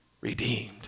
redeemed